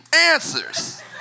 answers